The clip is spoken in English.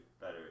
better